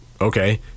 Okay